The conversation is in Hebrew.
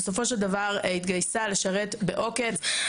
בסופו של דבר התגייסה לשרת בעוקץ,